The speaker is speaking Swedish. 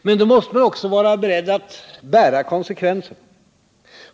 Men då måste man också vara beredd att bära konsekvenserna.